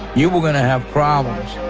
you were gonna have problems.